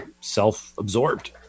self-absorbed